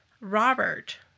Robert